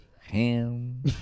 ham